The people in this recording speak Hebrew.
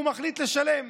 והוא מחליט לשלם.